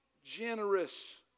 Generous